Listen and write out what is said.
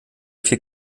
viel